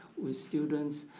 with students,